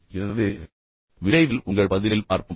எனவே விரைவில் உங்கள் பதிலில் பார்ப்போம்